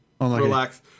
relax